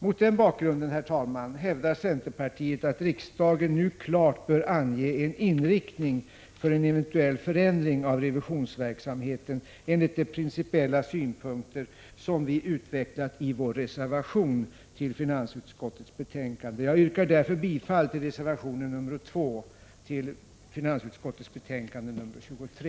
Mot den bakgrunden, herr talman, hävdar centerpartiet att riksdagen nu klart bör ange en inriktning för en eventuell förändring av revisionsverksamheten enligt de principiella synpunkter som vi utvecklat i vår reservation till finansutskottets betänkande. Jag yrkar därför bifall till reservation 2 till finansutskottets betänkande 23.